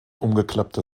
umgeklappter